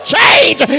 change